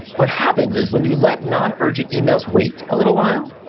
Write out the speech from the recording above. what happens is, when you let non-urgent emails wait a little while,